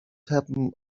happen